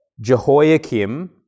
Jehoiakim